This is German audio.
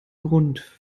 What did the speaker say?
grund